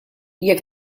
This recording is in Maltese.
jekk